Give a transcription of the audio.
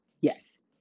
Yes